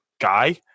guy